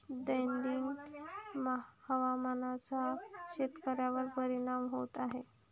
दैनंदिन हवामानाचा शेतकऱ्यांवर परिणाम होत आहे